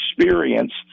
experience –